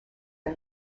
and